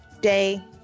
day